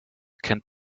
kennt